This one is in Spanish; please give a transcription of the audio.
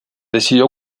decidió